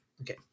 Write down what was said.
okay